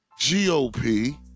GOP